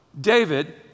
David